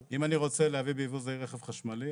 רוצה להביא בייבוא זעיר רכב חשמלי,